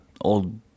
old